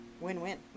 win-win